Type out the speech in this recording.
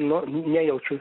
nu nejaučiau